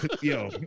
yo